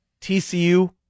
TCU